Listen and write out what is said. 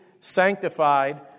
sanctified